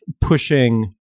pushing